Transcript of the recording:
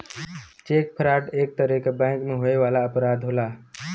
check fraud एक तरे क बैंक में होए वाला अपराध होला